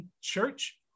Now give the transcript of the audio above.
Church